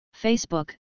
Facebook